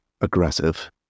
aggressive